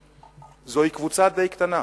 זוהי קבוצה די קטנה,